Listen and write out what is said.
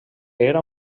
era